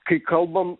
kai kalbam